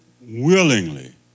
willingly